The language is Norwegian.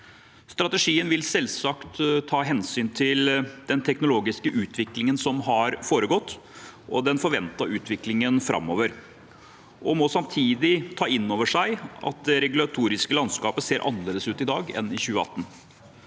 Strategien vil selvsagt ta hensyn til den teknologiske utviklingen som har foregått, og den forventede utviklingen framover, og må samtidig ta inn over seg at det regulatoriske landskapet ser annerledes ut i dag enn i 2018.